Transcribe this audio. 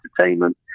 entertainment